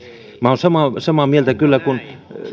minä olen samaa samaa mieltä kyllä kuin